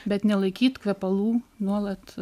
bet nelaikyt kvepalų nuolat